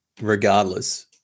regardless